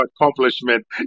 accomplishment